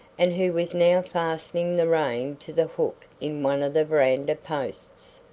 and who was now fastening the rein to the hook in one of the verandah posts.